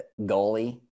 goalie